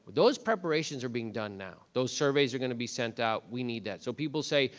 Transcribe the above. those preparations are being done now, those surveys are gonna be sent out. we need that. so people say,